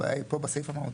הבעיה היא פה בסעיף המהותי.